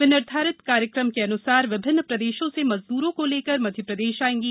वे निर्धारित कार्यक्रमान्सार विभिन्न प्रदेशों से मजद्रों को लेकर मध्यप्रदेश आएंगी